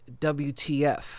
WTF